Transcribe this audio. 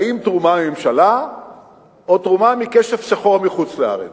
האם תרומה מממשלה או תרומה של כסף "שחור" מחוץ-לארץ,